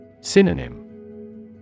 Synonym